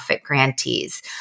grantees